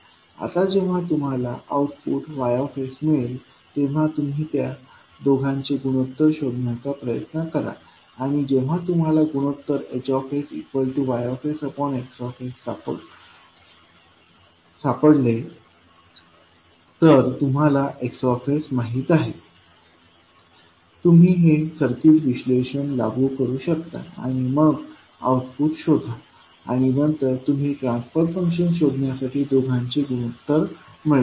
आता जेव्हा तुम्हाला आउटपुट Y मिळेल तेव्हा तुम्ही त्या दोघांचे गुणोत्तर शोधण्याचा प्रयत्न कराल आणि जेव्हा तुम्हाला गुणोत्तरHsYX सापडले तर तुम्हाला X माहित आहे तुम्ही हे सर्किट विश्लेषण लागू करू शकता आणि मग आउटपुट शोधा आणि नंतर तुम्ही ट्रान्सफर फंक्शन शोधण्यासाठी दोघांचे गुणोत्तर मिळवा